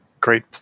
great